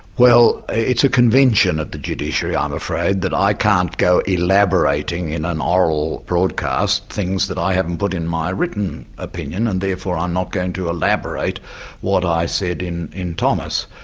well it's a convention of the judiciary, i'm afraid, that i can't go elaborating in an oral broadcast things that i haven't put in my written opinion, and therefore i'm not going to elaborate what i said in in thomas.